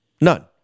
None